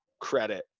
credit